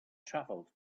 travelled